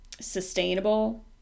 sustainable